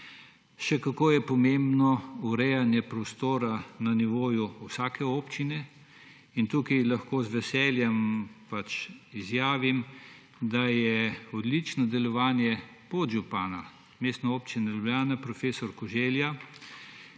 Še kako je pomembno urejanje prostora na nivoju vsake občine in tukaj lahko z veseljem izjavim, da je odlično delovanje podžupana Mestne občine Ljubljana prof. Koželja,